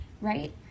right